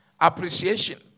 appreciation